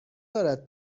دارد